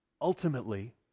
ultimately